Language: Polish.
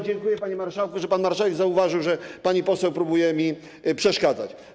Dziękuję, panie marszałku, za to, że pan marszałek zauważył, że pani poseł próbuje mi przeszkadzać.